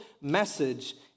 message